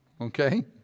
okay